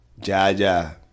Jaja